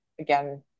again